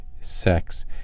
sex